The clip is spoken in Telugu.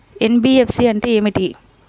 ఎన్.బీ.ఎఫ్.సి అంటే ఏమిటి?